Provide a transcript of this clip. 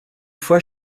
fois